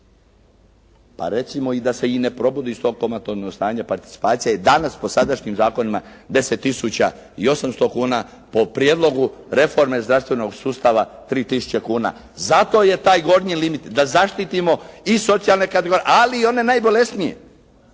pa recimo i da se i ne probudi iz tog komatoznog stanja participacija je danas po sadašnjim zakonima 10.800,00 kuna po prijedlogu reforme zdravstvenog sustava 3.000,00 kuna. Zato je taj gornji limit, da zaštitimo i socijalne kategorije, ali i one najbolesnije.